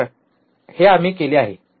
हे आम्ही केले आहे